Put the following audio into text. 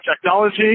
Technology